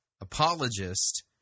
apologist